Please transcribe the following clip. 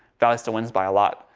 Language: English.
valley still wins by a lot.